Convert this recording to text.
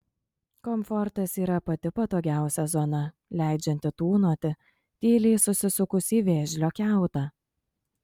komfortas yra pati patogiausia zona leidžianti tūnoti tyliai susisukus į vėžlio kiautą